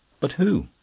but who?